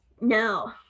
No